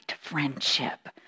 friendship